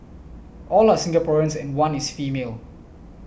all are Singaporeans and one is female